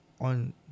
on